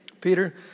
Peter